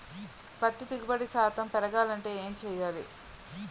పత్తి దిగుబడి శాతం పెరగాలంటే ఏంటి చేయాలి?